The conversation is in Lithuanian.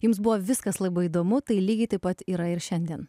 jums buvo viskas labai įdomu tai lygiai taip pat yra ir šiandien